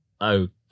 Okay